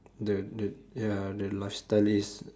the the ya the lifestyle is